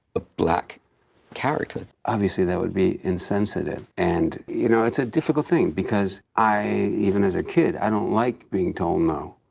a black character. obviously that would be insensitive and you know it's a difficult thing because i, even as a kid i don't like being told no.